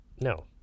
No